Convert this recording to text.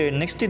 next